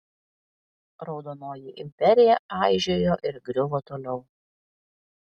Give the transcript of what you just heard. raudonoji imperija aižėjo ir griuvo toliau